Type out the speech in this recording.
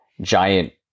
giant